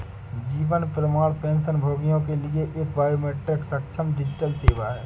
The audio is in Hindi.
जीवन प्रमाण पेंशनभोगियों के लिए एक बायोमेट्रिक सक्षम डिजिटल सेवा है